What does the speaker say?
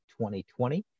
2020